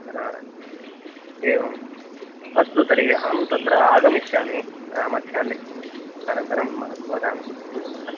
हा एवम् अस्तु तर्हि अहं तत्र आगमिष्यामि मध्याह्ने अनन्तरं वदामि अस्तु